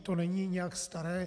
To není nijak staré.